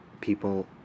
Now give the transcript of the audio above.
people